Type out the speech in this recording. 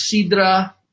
Sidra